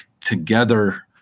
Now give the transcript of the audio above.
together